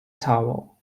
towel